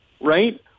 right